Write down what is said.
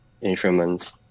instruments